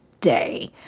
day